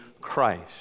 Christ